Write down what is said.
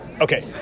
Okay